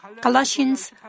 Colossians